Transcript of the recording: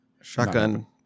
Shotgun